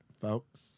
folks